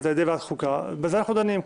על ידי ועדת חוקה בזה אנחנו דנים.